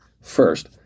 First